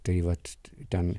tai vat ten